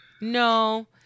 No